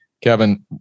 Kevin